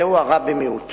זהו הרע במיעוטו,